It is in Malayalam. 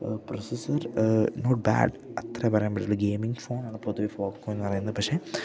പ്രൊസസ്സർ നോട്ട് ബാഡ് അത്ര പറയാൻ പറ്റതോൾ ഗെയിമിംഗ് ഫോണാണ് പൊതുവ ഫോക്കോ എന്ന് പറയുന്നത് പക്ഷെ